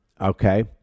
okay